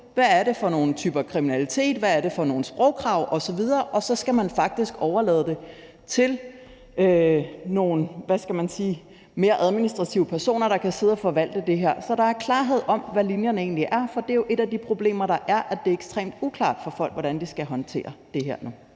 hvad det er for nogle typer kriminalitet, hvad det er for nogle sprogkrav osv., og så skal man faktisk overlade det til nogle, hvad skal man sige, mere administrative personer, der kan sidde og forvalte det her, så der er klarhed om, hvad linjerne egentlig er. For det er jo et af de problemer, der er, at det er ekstremt uklart for folk, hvordan de skal håndtere det her.